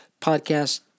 podcast